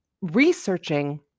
researching